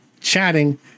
chatting